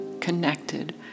connected